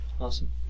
Awesome